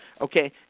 okay